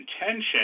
intention